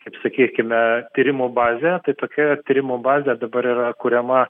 kaip sakykime tyrimų bazė tai tokia tyrimų bazė dabar yra kuriama